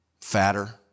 Fatter